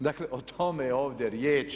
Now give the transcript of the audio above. Dakle o tome je ovdje riječ.